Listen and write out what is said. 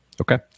okay